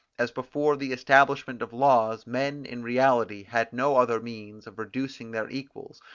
as before the establishment of laws men in reality had no other means of reducing their equals,